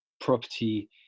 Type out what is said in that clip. property